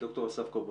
דוקטור אסף קובו.